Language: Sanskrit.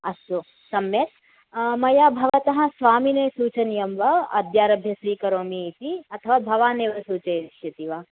अस्तु सम्यक् मया भवतः स्वामिने सूचनीयं वा अद्य आरभ्य स्वीकरोमि इति अथवा भवान् एव सूचयिष्यति वा